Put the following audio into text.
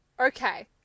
Okay